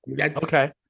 Okay